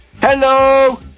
Hello